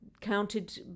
counted